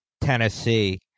Tennessee